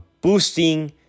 boosting